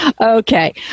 okay